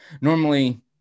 normally